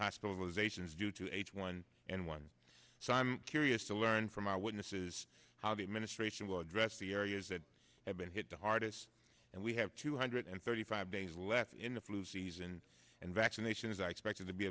due to h one n one so i'm curious to learn from our witnesses how the administration will address the areas that have been hit the hardest and we have two hundred and thirty five days left in the flu season and vaccinations are expected to be